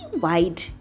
wide